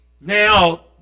now